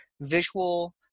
visual